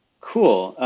cool,